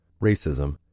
racism